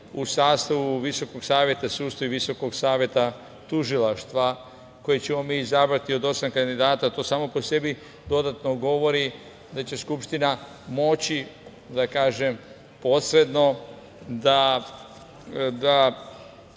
u sastavu Visokog saveta sudstva i Visokog saveta tužilaca, koje ćemo mi izabrati od osam kandidata. To samo po sebi dodatno govori da će Skupština moći posredno da